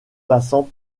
passant